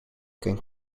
can